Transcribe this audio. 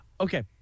Okay